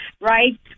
right